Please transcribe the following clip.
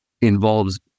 involves